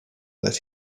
that